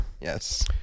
Yes